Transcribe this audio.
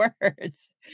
words